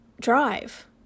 drive